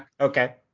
Okay